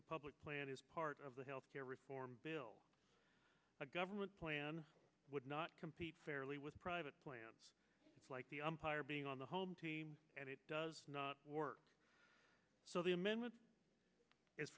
the public plan is part of the health care reform bill a government plan would not compete fairly with private plans like the umpire being on the home team and it does not work so the amendment is